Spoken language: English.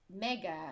mega